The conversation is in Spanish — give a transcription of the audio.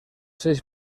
seis